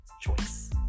choice